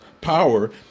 power